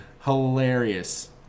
Hilarious